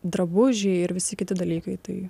drabužiai ir visi kiti dalykai tai